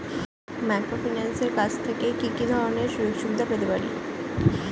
মাইক্রোফিন্যান্সের কাছ থেকে কি কি ধরনের সুযোগসুবিধা পেতে পারি?